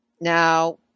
Now